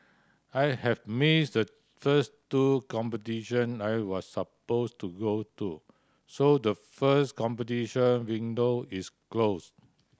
I have missed the first two competition I was supposed to go to so the first competition window is closed